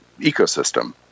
ecosystem